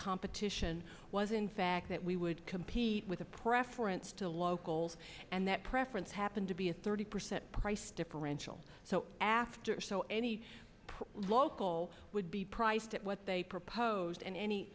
competition was in fact that we would compete with a preference to locals and that preference happened to be a thirty percent price differential so after so any local would be priced at what they proposed and any